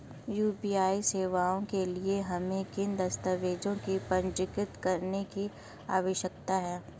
UPI सेवाओं के लिए हमें किन दस्तावेज़ों को पंजीकृत करने की आवश्यकता है?